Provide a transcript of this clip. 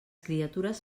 criatures